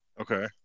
okay